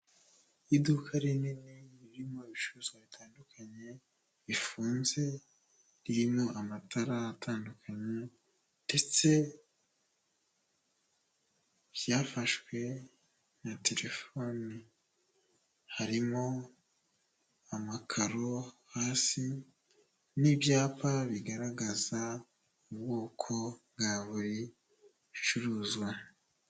Iduka rinini ririmo ibicuruzwa bitandukanye bifunze ririmo amatara atandukanye ndetse byafashwe na telefoni, harimo amakaro hasi n'ibyapa bigaragaza ubwoko bwa buri bicuruzwa.